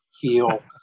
feel